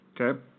Okay